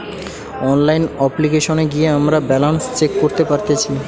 online অপ্লিকেশনে গিয়ে আমরা ব্যালান্স চেক করতে পারতেচ্ছি